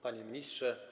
Panie Ministrze!